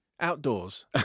Outdoors